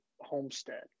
homestead